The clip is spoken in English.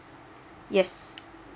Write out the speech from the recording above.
yes